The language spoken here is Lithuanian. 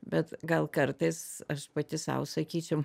bet gal kartais aš pati sau sakyčiau